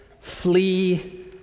flee